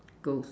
two